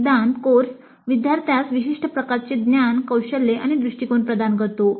" सिद्धांत कोर्स विद्यार्थ्यास विशिष्ट प्रकारचे ज्ञान कौशल्ये आणि दृष्टीकोन प्रदान करतो